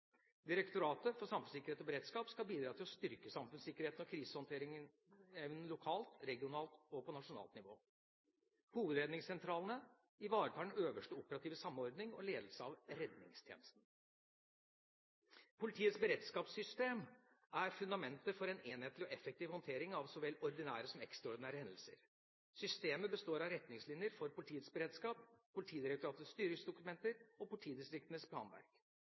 Direktoratet for samfunnssikkerhet og beredskap skal bidra til å styrke samfunnssikkerheten og krisehåndteringsevnen på lokalt, regionalt og nasjonalt nivå. Hovedredningssentralene ivaretar den øverste operative samordning og ledelse av redningstjenesten. Politiets beredskapssystem er fundamentet for en enhetlig og effektiv håndtering av så vel ordinære som ekstraordinære hendelser. Systemet består av Retningslinjer for politiets beredskap, Politidirektoratets styringsdokumenter og politidistriktenes planverk.